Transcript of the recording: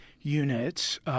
units